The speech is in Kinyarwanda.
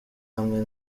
amwe